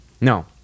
no